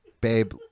babe